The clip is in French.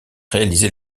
réalisé